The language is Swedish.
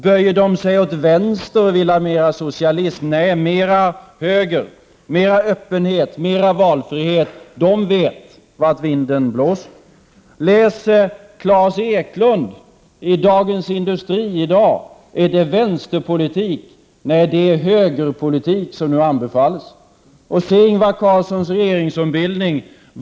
Böjer sig Arbetet åt vänster och vill ha mer socialism? Nej, Arbetet böjer sig åt höger. Man vill ha mer öppenhet och mer valfrihet. Arbetet vet vart vinden blåser. Läs vad Klas Eklund har skrivit i Dagens Industri i dag! Är det vänsterpolitik? Nej, det är högerpolitik som anbefalls. Och se på Ingvar Carlssons regeringsombildning!